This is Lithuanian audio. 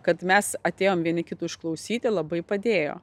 kad mes atėjom vieni kitų išklausyti labai padėjo